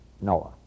Noah